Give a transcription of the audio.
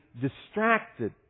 distracted